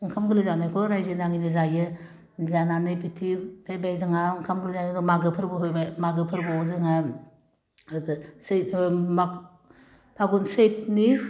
ओंखाम गोरलै जानायखौ रायजो नाङैनो जायो जानानै बिदि फैबाय जोंहा ओंखाम जानायनि उनाव मागो फोरबो फैबाय मागो फोरबोयाव जोङो होदो सै ओह माग फागुन सैतनि